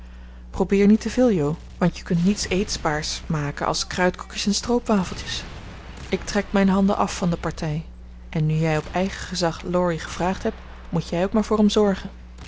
probeer niet te veel jo want je kunt niets eetbaars maken als kruidkoekjes en stroopwafeltjes ik trek mijn handen af van de partij en nu jij op eigen gezag laurie gevraagd hebt moet jij ook maar voor hem zorgen